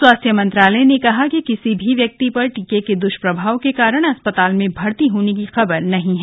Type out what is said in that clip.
स्वास्थ्य मंत्रालय ने कहा कि किसी भी व्यक्ति पर टीके के दृष्प्रभाव के कारण अस्पताल में भर्ती होने की खबर नहीं है